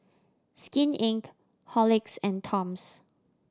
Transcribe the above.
Skin Inc Horlicks and Toms